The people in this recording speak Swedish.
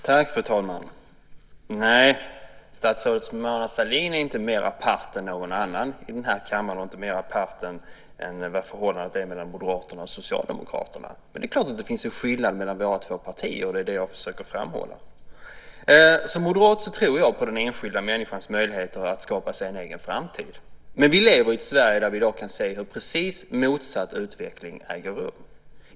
Fru talman! Statsrådet Mona Sahlin är inte mer apart än någon annan i den här kammaren eller mer apart än vad förhållandet är mellan Moderaterna och Socialdemokraterna. Det är klart att det finns en skillnad mellan våra två partier. Det är det jag försöker framhålla. Som moderat tror jag på den enskilda människans möjligheter att skapa sig en egen framtid. Men vi lever i ett Sverige där vi i dag kan se en precis motsatt utveckling äga rum.